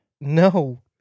no